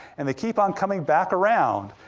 and they keep on coming back around.